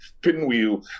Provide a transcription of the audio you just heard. pinwheel